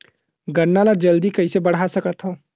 गन्ना ल जल्दी कइसे बढ़ा सकत हव?